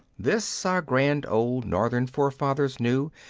this our grand old northern forefathers knew,